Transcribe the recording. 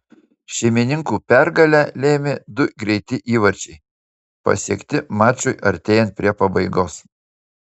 šeimininkų pergalę lėmė du greiti įvarčiai pasiekti mačui artėjant prie pabaigos